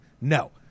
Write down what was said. No